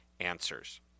answers